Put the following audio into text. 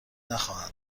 نخواهند